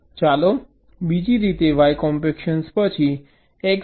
ચાલો બીજી રીતે y કોમ્પેક્શન પછી x કોમ્પેક્શનનો પ્રયાસ કરીએ